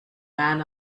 man